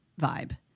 vibe